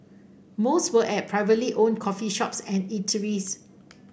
most were at privately owned coffee shops and eateries